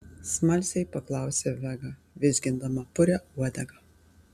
smalsiai paklausė vega vizgindama purią uodegą